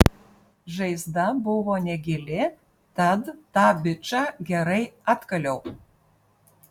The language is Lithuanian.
žaizda buvo negili tad tą bičą gerai atkaliau